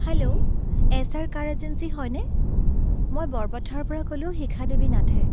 hello S R car agency হয়নে মই বৰপথাৰৰপৰা ক'লোঁ শিখা দেৱী নাথে